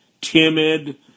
timid